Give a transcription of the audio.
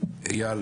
אייל